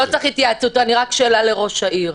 לא צריך התייעצות, רק שאלה לראש העיר.